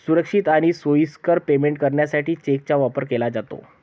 सुरक्षित आणि सोयीस्कर पेमेंट करण्यासाठी चेकचा वापर केला जातो